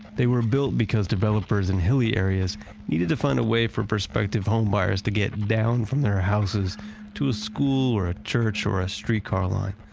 they were built because developers in hilly areas needed to find a way for prospective home buyers to get down from their houses to a school, or a church, or a streetcar line.